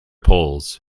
poles